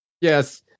Yes